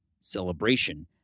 celebration